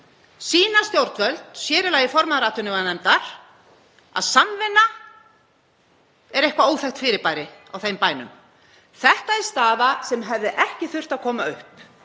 sýna stjórnvöld, sér í lagi formaður atvinnuveganefndar, að samvinna er eitthvert óþekkt fyrirbæri á þeim bænum. Þetta er staða sem hefði ekki þurft að koma upp,